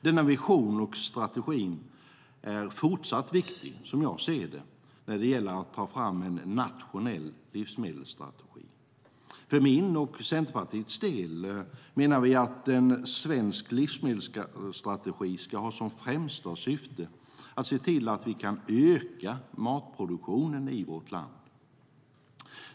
Den visionen och strategin är fortsatt viktig när man ska ta fram en nationell livsmedelsstrategi. För min och Centerpartiets del menar vi att en svensk livsmedelsstrategi ska ha som främsta syfte att se till att vi kan öka matproduktionen i vårt land.